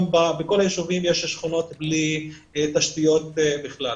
גם בכל היישובים יש שכונות בלי תשתיות בכלל.